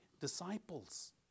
disciples